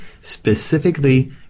specifically